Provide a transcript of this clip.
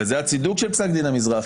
הרי זה הצידוק של פסק דין המזרחי,